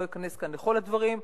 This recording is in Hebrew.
לא אכנס כאן לכל הדברים,